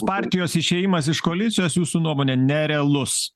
partijos išėjimas iš koalicijos jūsų nuomone nerealus